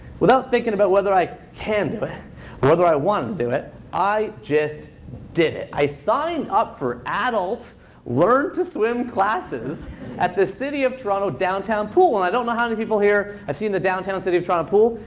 without thinking about whether i can do it or whether i want to do it, i just did it. i signed up for adult learn to swim classes at the city of toronto downtown pool. and i don't know how many people here have seen the downtown city of toronto pool.